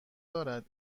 دارد